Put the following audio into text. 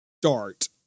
start